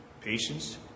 patience